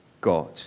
God